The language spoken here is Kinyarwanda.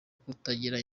kutagira